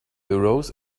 arose